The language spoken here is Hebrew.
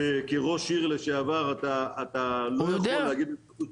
שכראש עיר לשעבר אתה לא יכול להגיד שאתה